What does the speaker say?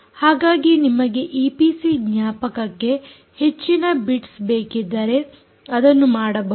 ಹಾಗಾಗಿ ನಿಮಗೆ ಈಪಿಸಿ ಜ್ಞಾಪಕಕ್ಕೆ ಹೆಚ್ಚಿನ ಬಿಟ್ಸ್ ಬೇಕಿದ್ದರೆ ಅದನ್ನು ಮಾಡಬಹುದು